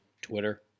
Twitter